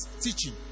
teaching